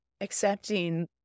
accepting